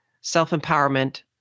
self-empowerment